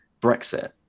Brexit